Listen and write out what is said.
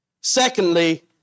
Secondly